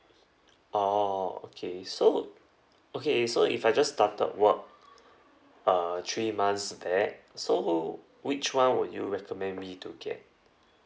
orh okay so okay so if I just started work uh three months back so which one would you recommend me to get